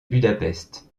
budapest